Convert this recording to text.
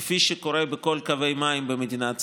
כפי שקורה בכל קווי המים במדינת ישראל.